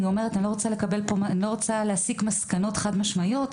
אני לא רוצה להסיק מסקנות חד-משמעויות,